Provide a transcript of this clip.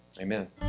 Amen